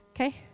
okay